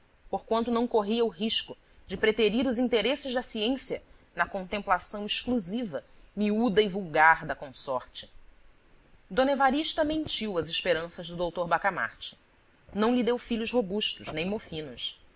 deus porquanto não corria o risco de preterir os interesses da ciência na contemplação exclusiva miúda e vulgar da consorte d evarista mentiu às esperanças do dr bacamarte não lhe deu filhos robustos nem mofinos